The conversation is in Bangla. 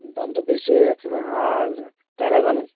দামটা বেশি হয়ে যাচ্ছে না আর প্যারাগনের